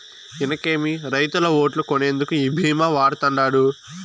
ఇనకేమి, రైతుల ఓట్లు కొనేందుకు ఈ భీమా వాడతండాడు